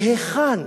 מהיכן